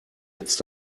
jetzt